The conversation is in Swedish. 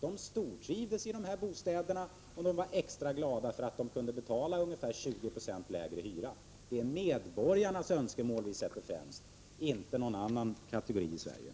De stortrivdes i dessa bostäder, och de var extra glada för att de kunde betala ungefär 20 90 lägre hyra. Det är medborgarnas önskemål vi sätter främst, inte någon annan kategoris önskemål.